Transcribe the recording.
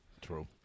True